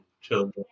children